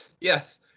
Yes